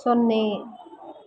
ಸೊನ್ನೆ